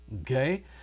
okay